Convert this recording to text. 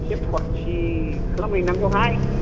एसे फुर्टि खालामहैनांगौहाय